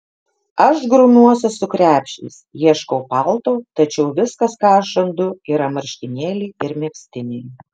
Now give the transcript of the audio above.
aš grumiuosi su krepšiais ieškau palto tačiau viskas ką aš randu yra marškinėliai ir megztiniai